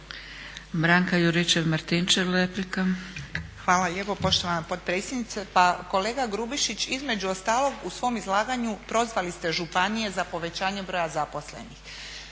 **Juričev-Martinčev, Branka (HDZ)** Hvala lijepo poštovana potpredsjednice. Pa kolega Grubišić, između ostalog u svom izlaganju prozvali ste županije za povećanje broja zaposlenih.